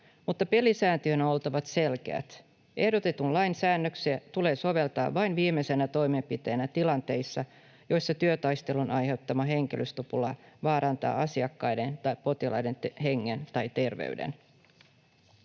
pelisääntöjen on oltava selkeät. Ehdotetun lain säännöksiä tulee soveltaa vain viimeisenä toimenpiteenä tilanteissa, joissa työtaistelun aiheuttama henkilöstöpula vaarantaa asiakkaiden tai potilaiden hengen tai terveyden.